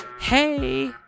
hey